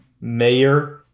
mayor